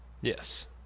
Yes